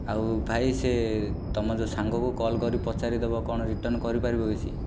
ଆଉ ଭାଇ ସେ ତୁମ ଯୋ ସାଙ୍ଗକୁ କଲ୍ କରି ପଚାରିଦେବ କ'ଣ ରିଟର୍ନ କରିପାରିବ କି ସିଏ